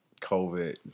covid